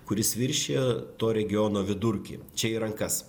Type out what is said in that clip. kuris viršija to regiono vidurkį čia į rankas